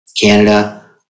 Canada